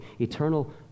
eternal